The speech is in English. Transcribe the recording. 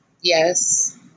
yes